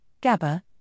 GABA